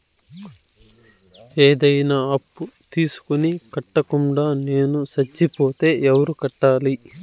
ఏదైనా అప్పు తీసుకొని కట్టకుండా నేను సచ్చిపోతే ఎవరు కట్టాలి?